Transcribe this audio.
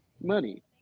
Money